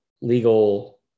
legal